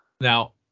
Now